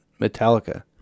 Metallica